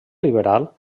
liberal